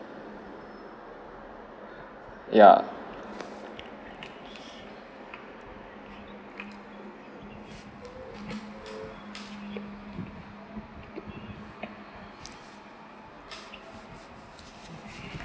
ya